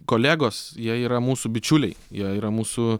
kolegos jie yra mūsų bičiuliai jie yra mūsų